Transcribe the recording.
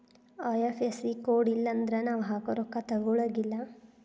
IFSC code ಇಲ್ಲನ್ದ್ರ ನಾವ್ ಹಾಕೊ ರೊಕ್ಕಾ ತೊಗೊಳಗಿಲ್ಲಾ